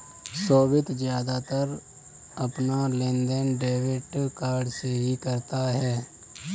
सोभित ज्यादातर अपना लेनदेन डेबिट कार्ड से ही करता है